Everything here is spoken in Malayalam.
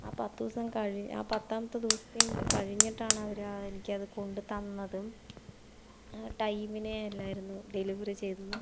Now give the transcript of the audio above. ആ പത്ത് ദിവസം കഴി ആ പത്താമത്തെ ദിവസത്തിൻ കഴിഞ്ഞിട്ടാണവര് ആ എനിക്കത് കൊണ്ട് തന്നതും ആ ടൈമിന് അല്ലായിരുന്നു ഡെലിവറി ചെയ്തതും